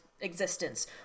existence